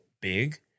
big